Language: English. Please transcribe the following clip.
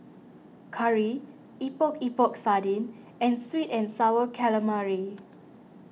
Curry Epok Epok Sardin and Sweet and Sour Calamari